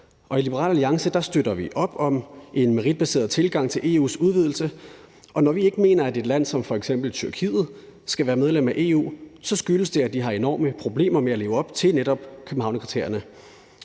I Liberal Alliance støtter vi op om en meritbaseret tilgang til EU's udvidelse, og når vi ikke mener, at et land som f.eks. Tyrkiet skal være medlem af EU, så skyldes det, at de har enorme problemer med at leve op til netop Københavnskriterierne.